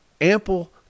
ample